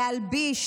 להלביש,